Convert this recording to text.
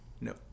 No